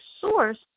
source